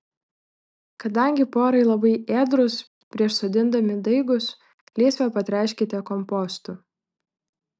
kadangi porai labai ėdrūs prieš sodindami daigus lysvę patręškite kompostu